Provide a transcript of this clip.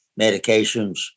medications